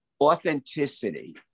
authenticity